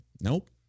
Nope